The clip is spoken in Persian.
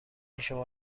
شما